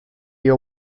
you